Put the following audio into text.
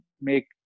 make